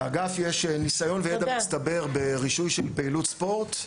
לאגף יש ניסיון וידע מצטבר ברישוי של פעילות ספורט,